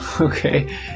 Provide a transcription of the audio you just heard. Okay